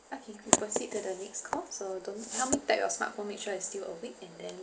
okay I can proceed to the next call so don't help me take the smart phone make sure is still awake and then